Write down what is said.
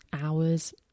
hours